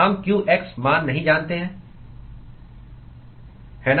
हम qx मान नहीं जानते हैं है ना